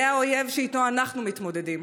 זה האויב שאיתו אנחנו מתמודדים,